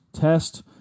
test